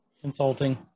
Consulting